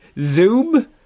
Zoom